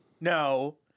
no